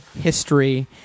history